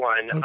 One